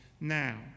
now